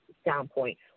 standpoint